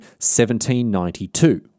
1792